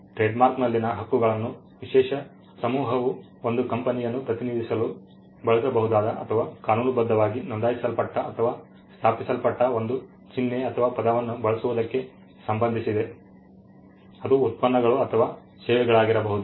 ಟ್ರೇಡ್ಮಾರ್ಕ್ನಲ್ಲಿನ ಹಕ್ಕುಗಳನ್ನು ವಿಶೇಷ ಸಮೂಹವು ಒಂದು ಕಂಪನಿಯನ್ನು ಪ್ರತಿನಿಧಿಸಲು ಬಳಸಬಹುದಾದ ಅಥವಾ ಕಾನೂನುಬದ್ಧವಾಗಿ ನೋಂದಾಯಿಸಲ್ಪಟ್ಟ ಅಥವಾ ಸ್ಥಾಪಿಸಲ್ಪಟ್ಟ ಒಂದು ಚಿಹ್ನೆ ಅಥವಾ ಪದವನ್ನು ಬಳಸುವುದಕ್ಕೆ ಸಂಬಂಧಿಸಿದೆ ಅದು ಉತ್ಪನ್ನಗಳು ಅಥವಾ ಸೇವೆಗಳಾಗಿರಬಹುದು